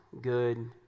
good